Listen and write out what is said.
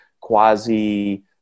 quasi